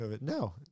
No